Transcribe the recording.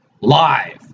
live